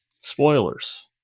spoilers